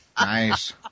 Nice